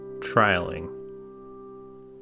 Trailing